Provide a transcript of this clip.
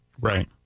Right